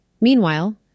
Meanwhile